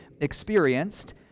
experienced